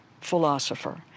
philosopher